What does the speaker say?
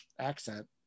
accent